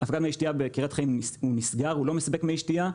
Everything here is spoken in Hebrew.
מי שתייה בקריית חיים נסגר והוא לא מספק מי שתייה.